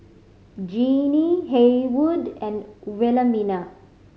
Jeanine Haywood and Wilhelmina